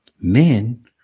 men